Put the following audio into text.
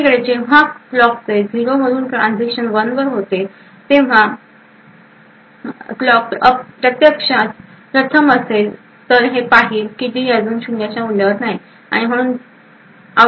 दुसरीकडे जेंव्हा क्लॉकचे 0 मधून 1 वर ट्रान्झिशन होते जर तेव्हा क्लॉक प्रत्यक्षात प्रथम असेल तर हे पहाल की डी अजूनही 0 च्या मूल्यावर आहे आणि म्हणून आउटपुट क्यू Q चे मूल्य 0 असेल